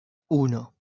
uno